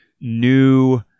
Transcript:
new